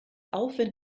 aufwind